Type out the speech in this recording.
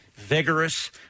Vigorous